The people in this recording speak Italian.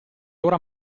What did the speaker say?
ora